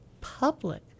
public